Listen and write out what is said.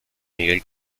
miguel